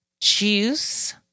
juice